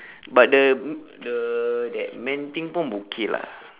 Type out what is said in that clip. but the the that man thing pun okay lah